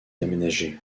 aménagée